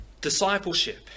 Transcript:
discipleship